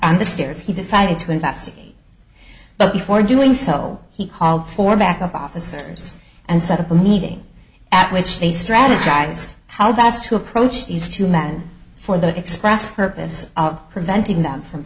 on the stairs he decided to investigate but before doing so he called for backup officers and set up a meeting at which they strategize how best to approach these two men for the express purpose of preventing them from